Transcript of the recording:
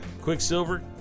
Quicksilver